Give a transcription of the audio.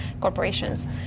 corporations